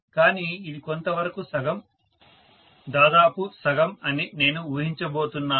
కానీ ఇది కొంతవరకు సగం దాదాపు సగం అని నేను ఊహించబోతున్నాను